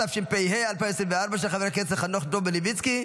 התשפ"ה 2025, של חבר הכנסת חנוך דב מלביצקי,